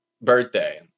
birthday